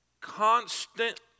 constant